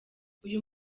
uyu